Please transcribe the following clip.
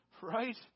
right